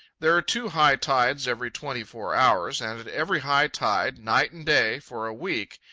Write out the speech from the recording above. there are two high tides every twenty-four hours, and at every high tide, night and day, for a week,